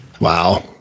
Wow